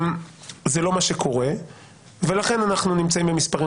זה לא מה שקורה ולכן אנחנו נמצאים במספרים